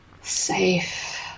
safe